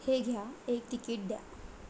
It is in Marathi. हे घ्या एक तिकीट द्या